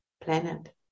planet